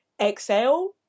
exhale